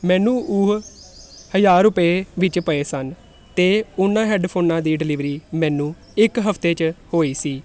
ਮੈਨੂੰ ਉਹ ਹਜ਼ਾਰ ਰੁਪਏ ਵਿੱਚ ਪਏ ਸਨ ਅਤੇ ਉਹਨਾਂ ਹੈਡਫੋਨਾਂ ਦੀ ਡਿਲੀਵਰੀ ਮੈਨੂੰ ਇੱਕ ਹਫਤੇ 'ਚ ਹੋਈ ਸੀ